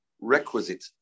requisite